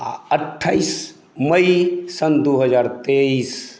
आओर अट्ठाइस मइ सन दू हजार तेइस